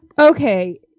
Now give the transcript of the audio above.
Okay